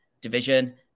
Division